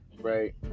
right